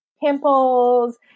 pimples